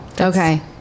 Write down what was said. Okay